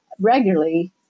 regularly